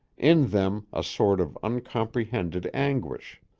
in them a sort of uncomprehended anguish.